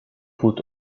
put